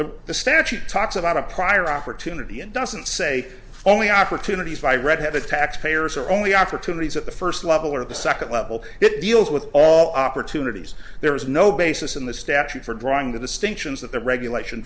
the the statute talks about a prior opportunity and doesn't say only opportunities i read the taxpayers are only opportunities at the first level or the second level it deals with all opportunities there is no basis in the statute for drawing the distinctions that the regulation